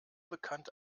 bekannt